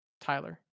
Tyler